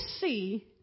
see